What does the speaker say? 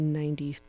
ninety